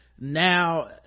now